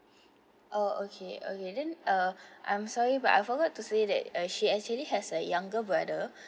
oh okay okay then uh I'm sorry but I forgot to say that uh she actually has a younger brother